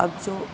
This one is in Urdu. اب جو